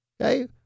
Okay